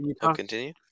continue